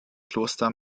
kloster